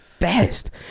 best